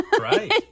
Right